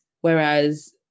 Whereas